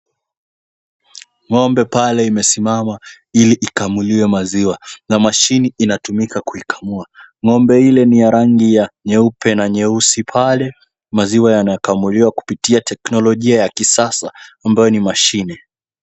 Ng'ombe pale imesimama ili ikamuliwe maziwa na mashini inatumika kuikamua. Ng'ombe ile ni ya rangi ya nyeupe na nyeusi. Pale maziwa yanakamuliwa kupitia teknolojia ya kisasa ambayo ni mashine.